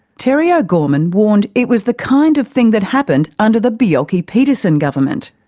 terry o'gorman warned it was the kind of thing that happened under the bjelke-petersen government.